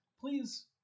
please